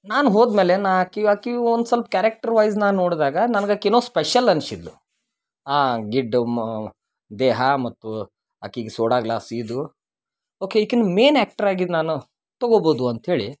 ನಾನು ಹೋದ ಮ್ಯಾಲೆ ನಾ ಆಕಿಗೆ ಆಕಿಗೆ ಒಂದು ಸೊಲ್ಪ ಕ್ಯಾರೆಕ್ಟರ್ ವಾಯ್ಸ್ ನಾನು ನೋಡ್ದಾಗ ನನ್ಗ ಆಕಿ ಏನೋ ಸ್ಪೆಷಲ್ ಅನ್ಸಿದ್ಲು ಆ ಗಿಡ್ಡ ಮ ದೇಹ ಮತ್ತು ಆಕಿಗೆ ಸೋಡಾ ಗ್ಲಾಸ್ ಇದು ಓಕೆ ಈಕಿನ ಮೇಯ್ನ್ ಆ್ಯಕ್ಟರ್ ಆಗಿದ್ದು ನಾನು ತೊಗೊಬೋದು ಅಂತ್ಹೇಳಿ